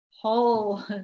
whole